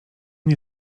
nie